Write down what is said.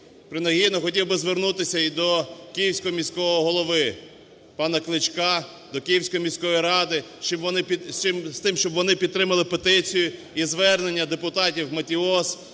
Принагідно хотів би звернутися і до Київського міського голови пана Кличка, до Київської міської ради з тим, щоб вони підтримали петицію і звернення депутатів Матіос,